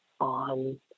on